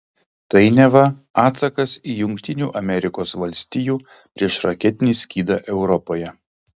tai neva atsakas į jungtinių amerikos valstijų priešraketinį skydą europoje